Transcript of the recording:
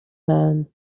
man